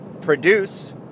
produce